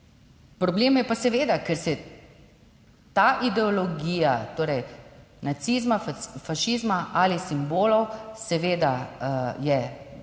problem je pa seveda, ker se ta ideologija, torej nacizma, fašizma ali simbolov seveda je, vemo